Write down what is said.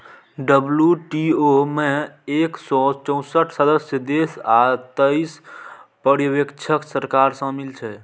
WTO मे एक सय चौंसठ सदस्य देश आ तेइस पर्यवेक्षक सरकार शामिल छै